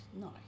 nice